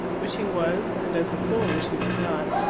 which he was, and as a fool, which he was not,